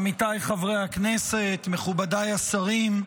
עמיתיי חברי הכנסת, מכובדיי השרים,